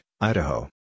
Idaho